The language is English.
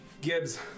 Gibbs